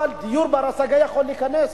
אבל דיור בר-השגה יכול להיכנס.